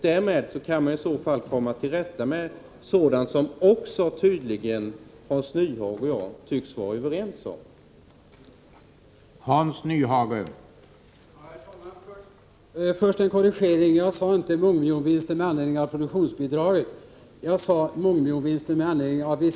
Därmed kan man i så fall komma till rätta med sådant — det tycks Hans Nyhage och jag vara överens om att man skall sträva efter.